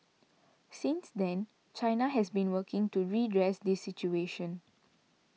since then China has been working to redress this situation